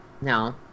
No